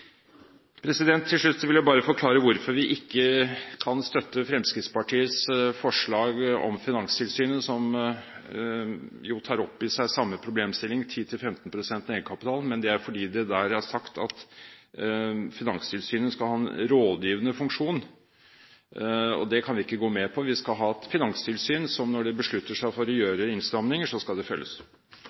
Til slutt vil jeg bare forklare hvorfor vi ikke kan støtte Fremskrittspartiets forslag om Finanstilsynet, som jo tar opp i seg samme problemstilling: 10–15 pst. egenkapital. Det er fordi det der er sagt at Finanstilsynet skal ha en rådgivende funksjon, og det kan vi ikke gå med på. Vi skal ha et finanstilsyn som er slik at når de beslutter at de skal gjøre innstramninger, så skal det følges.